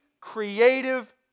creative